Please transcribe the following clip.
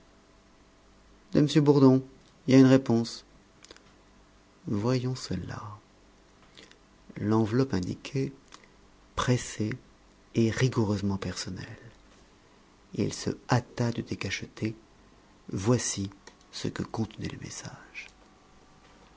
de m bourdon y a une réponse voyons cela l'enveloppe indiquait pressée et rigoureusement personnelle il se hâta de décacheter voici ce que contenait le message